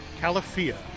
Calafia